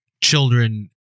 children